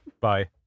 bye